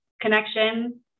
connection